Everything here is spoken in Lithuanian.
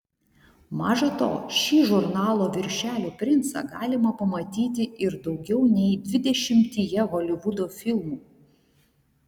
maža to šį žurnalų viršelių princą galima pamatyti ir daugiau nei dvidešimtyje holivudo filmų